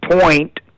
point